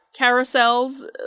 carousels